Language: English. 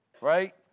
Right